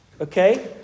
okay